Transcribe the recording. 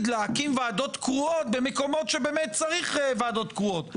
להקים ועדות קרואות במקומות שבאמת צריך ועדות קרואות.